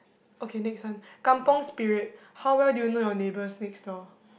okay next one kampung spirit how well do you know your neighbors next door